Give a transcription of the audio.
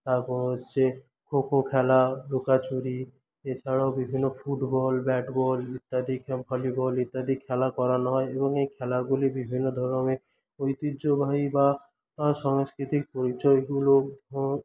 তারপর হচ্ছে খো খো খেলা লুকাচুরি এছাড়াও বিভিন্ন ফুটবল ব্যাটবল ইত্যাদি ভলিবল ইত্যাদি খেলা করানো হয় এবং এই খেলাগুলি বিভিন্ন ধরণের ঐতিহ্যবাহী বা সংস্কৃতির পরিচয়গুলো